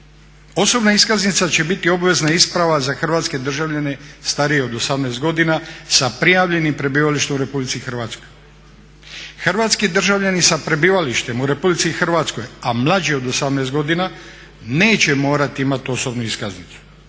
osobna iskaznica će biti obvezna isprava za hrvatske državljane starije od 18 godina sa prijavljenim prebivalištem u RH. Hrvatski državljani sa prebivalištem u RH, a mlađi od 18 godina neće morati imati osobnu iskaznicu,